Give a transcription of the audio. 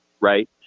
right